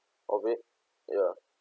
of it ya